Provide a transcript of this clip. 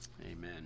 Amen